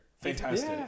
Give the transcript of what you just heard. Fantastic